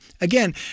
Again